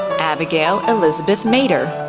abigail elizabeth maeder,